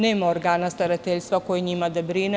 Nema organa starateljstva koji o njima brine.